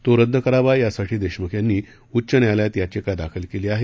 तो रद्द करावा यासाठी देशमुख यांनी उच्च न्यायालयात याचिका दाखल केली आहे